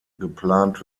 geplant